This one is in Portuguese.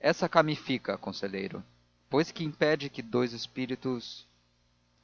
essa cá me fica conselheiro pois que impede que dous espíritos